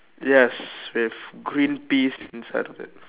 yes with green peas inside of it